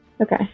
Okay